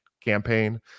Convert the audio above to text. campaign